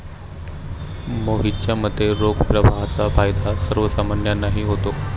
मोहितच्या मते, रोख प्रवाहाचा फायदा सर्वसामान्यांनाही होतो